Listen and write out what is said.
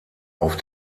auf